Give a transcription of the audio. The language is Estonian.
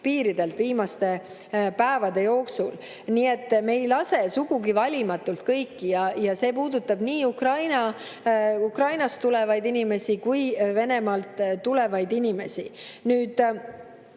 piiridelt viimaste päevade jooksul. Nii et me ei lase sugugi valimatult kõiki [üle piiri] ja see puudutab nii Ukrainast tulevaid inimesi kui ka Venemaalt tulevaid inimesi. Muidugi